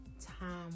time